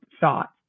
thought